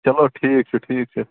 چَلو ٹھیٖک چھُ ٹھیٖک چھُ